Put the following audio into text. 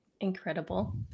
Incredible